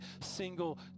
single